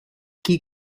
qui